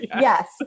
Yes